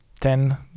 10